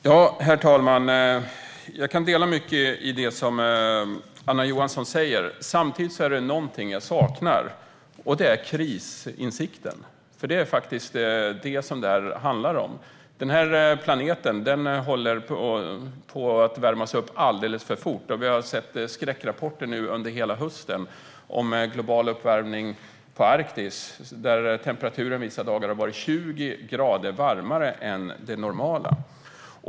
Herr talman! Jag kan dela mycket i det Anna Johansson säger. Samtidigt är det någonting jag saknar, och det är krisinsikten. Det är faktiskt vad det handlar om. Den här planeten håller på att värmas upp alldeles för fort. Vi har sett skräckrapporter nu under hela hösten om global uppvärmning i Arktis där temperaturen vissa dagar har varit 20 grader varmare än det normala.